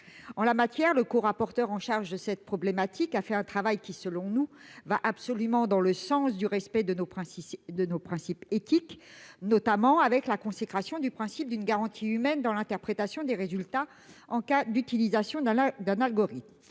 En la matière, le rapporteur en charge de cette problématique a fait un travail qui, selon nous, va dans le sens du respect de nos principes éthiques, notamment avec la consécration du principe d'une garantie humaine dans l'interprétation des résultats en cas d'utilisation d'un algorithme.